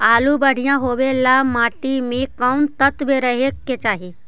आलु बढ़िया होबे ल मट्टी में कोन तत्त्व रहे के चाही?